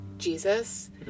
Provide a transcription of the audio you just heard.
jesus